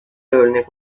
örnek